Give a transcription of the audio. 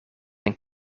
een